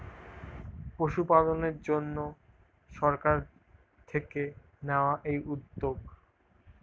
পশুপালনের জন্যে সরকার থেকে নেওয়া এই উদ্যোগ